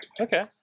Okay